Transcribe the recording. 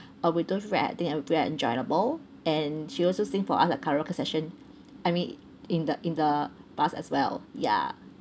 all we do we're I think I uh we're enjoyable and she also sing for us like karaoke session I mean in the in the bus as well ya